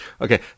Okay